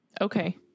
okay